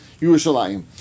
Yerushalayim